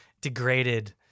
degraded